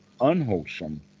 unwholesome